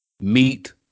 Meat